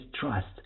trust